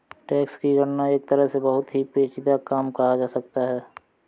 tax की गणना एक तरह से बहुत ही पेचीदा काम कहा जा सकता है